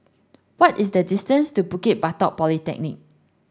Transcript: what is the distance to Bukit Batok Polyclinic